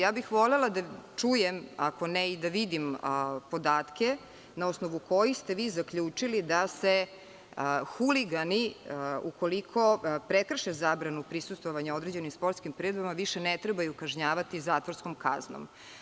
Ja bih volela da čujem, ako ne i da vidim podatke na osnovu kojih ste vi zaključili da se huligani, ukoliko prekrše zabranu prisustvovanja određenim sportskim priredbama, više ne trebaju kažnjavati zatvorskom kaznom.